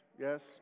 yes